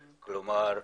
כלומר,